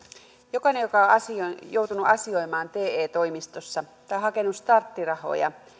jokainen joka on joutunut asioimaan te toimistossa tai hakenut starttirahoja